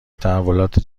تحولات